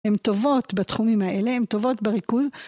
הן טובות בתחומים האלה, הן טובות בריכוז.